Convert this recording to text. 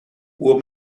will